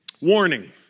Warning